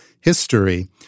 history